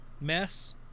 mess